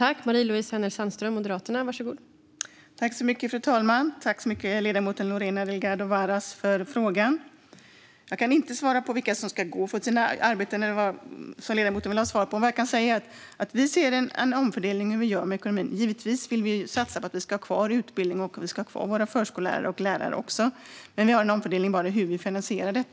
Fru talman! Tack så mycket, ledamoten Lorena Delgado Varas, för frågan! Jag kan inte svara på vilka som ska gå från sina arbeten, som ledamoten ville ha svar på, men vad jag kan säga är att vi ser en omfördelning i hur vi gör med ekonomin. Givetvis vill vi ju satsa på att ha kvar utbildning och våra förskollärare och lärare. Men vi har en omfördelning i finansieringen av detta.